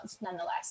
nonetheless